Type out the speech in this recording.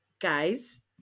guys